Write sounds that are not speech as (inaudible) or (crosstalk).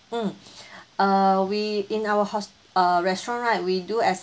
mm (breath) uh we in our hos~ uh restaurant right we do